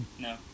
No